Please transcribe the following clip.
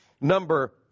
number